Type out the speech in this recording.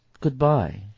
goodbye